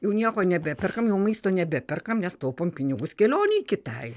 jau nieko nebeperkam jau maisto nebeperkam nes taupom pinigus kelionei kitai